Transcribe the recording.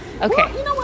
Okay